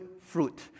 fruit